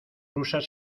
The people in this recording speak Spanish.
rusas